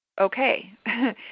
okay